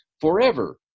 forever